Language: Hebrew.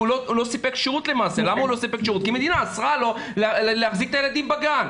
הוא לא סיפק שירות כי המדינה אסרה עליו להחזיק את הילדים בגן.